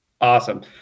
Awesome